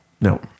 No